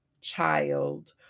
child